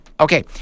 Okay